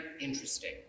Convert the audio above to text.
interesting